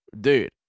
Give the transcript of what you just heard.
dude